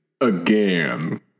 Again